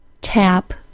Tap